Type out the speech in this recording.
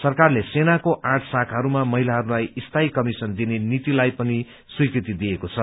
सरकारले सेनाको आठ शाखाहरूामा महिलाहरूलाई स्थायी कमीशिन दिने नीतिलाई पनि स्वीकृति दिएको छ